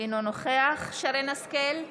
אינו נוכח שרן מרים השכל,